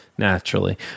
Naturally